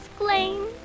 exclaimed